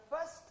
first